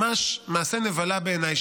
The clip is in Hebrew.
ממש מעשה נבלה בעיניי,